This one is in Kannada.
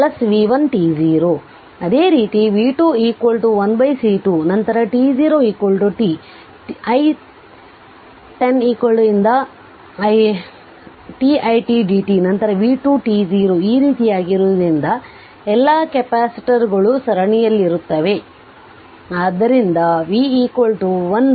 ಅದೇ ರೀತಿ v2 1C2 ನಂತರ t0 t it0 ರಿಂದ t it dt ನಂತರ v2 t0 ಈ ರೀತಿಯಾಗಿರುವುದರಿಂದ ಎಲ್ಲಾ ಕೆಪಾಸಿಟರ್ಗಳು ಸರಣಿಯಲ್ಲಿರುತ್ತವೆcapacitors in series